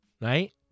right